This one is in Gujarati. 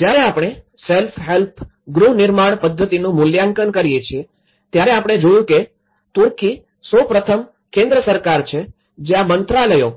જ્યારે આપણે સેલ્ફ હેલ્પ ગૃહ નિર્માણ પદ્ધતિનું મૂલ્યાંકન કરીએ છીએ ત્યારે આપણે જોયું કે તુર્કી સૌપ્રથમ કેન્દ્ર સરકાર છે જે આ મંત્રાલયો